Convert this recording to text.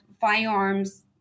firearms